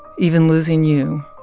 even losing you,